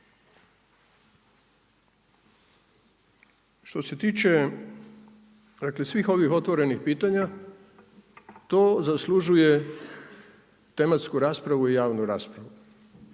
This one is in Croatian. Što se tiče dakle svih ovih otvorenih pitanja to zaslužuje tematsku raspravu i javnu raspravu.